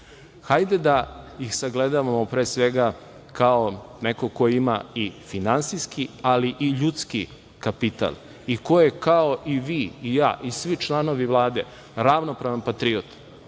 Hajde da ih sagledavamo pre svega, kao nekog ko ima i finansijski, ali i ljudski kapital, i ko je kao i vi i ja i svi članovi Vlade ravnopravan patriota